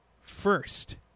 first